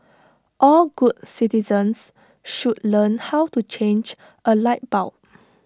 all good citizens should learn how to change A light bulb